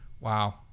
wow